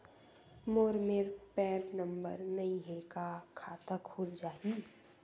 मोर मेर PAN number नई हे का खाता खुल जाही?